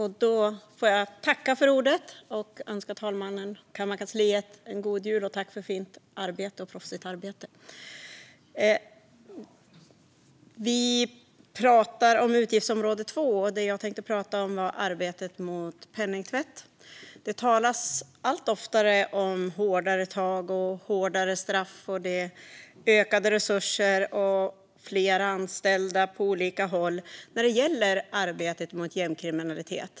Herr talman! Även jag vill önska talmannen och kammarkansliet en god jul. Tack för fint och proffsigt arbete! Vi pratar om utgiftsområde 2, och det jag tänkte prata om var arbetet mot penningtvätt. Det talas allt oftare om hårdare tag och hårdare straff, ökade resurser och fler anställda på olika håll när det gäller arbetet mot gängkriminalitet.